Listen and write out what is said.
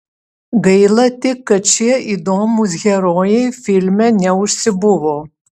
gaila tik kad šie įdomūs herojai filme neužsibuvo